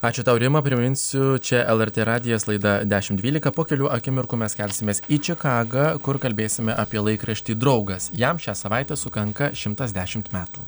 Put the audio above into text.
ačiū tau rima priminsiu čia lrt radijo laida dešim dvylika po kelių akimirkų mes kelsimės į čikagą kur kalbėsime apie laikraštį draugas jam šią savaitę sukanka šimtas dešimt metų